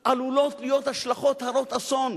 עלולות להיות השלכות הרות אסון,